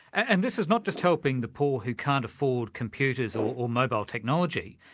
and this is not just helping the poor who can't afford computers or mobile technology,